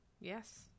Yes